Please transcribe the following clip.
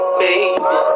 baby